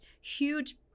huge